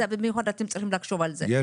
אתם צריכים לחשוב על זה.